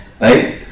right